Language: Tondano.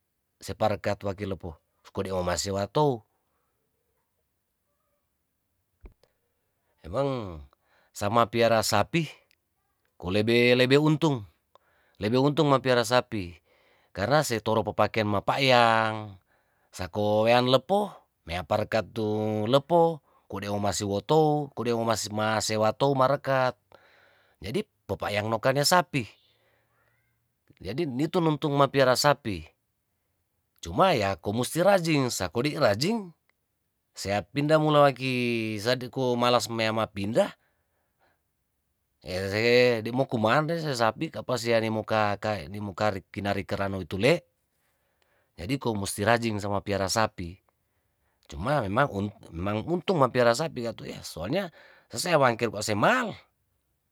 Separeka tuaki lepo kode omasewa tou emang sama piara sapi kolebe lebe untung lebe untung ma piara sapi karna se toro papakean mapa'yang sako mean lepoh mea pareket tu lepo kode omasi wotou kode masewa tou marekat jadi papanokayan sapi jadi ni tu nuntung mapiara sapi cuma ya komusti rajing ya ko di rajing sea pindah mulawaki sadiko malas meama pindah demokumaan iana sapi apasiani moka kai nimuka kai dimuka kinarik kinarik keranou tule' jadi komusti rajing sama piara sapi cuma memang meang untung mapiara sapi katu ya soalnya sesewang ker kwa masemang.